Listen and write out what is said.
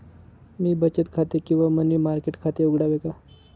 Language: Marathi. मी बचत खाते किंवा मनी मार्केट खाते उघडावे का?